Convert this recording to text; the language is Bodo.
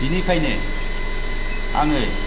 बेनिखायनो आङो